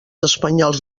espanyols